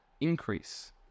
increase